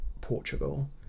portugal